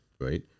right